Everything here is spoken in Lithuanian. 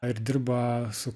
ir dirba su